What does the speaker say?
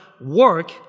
work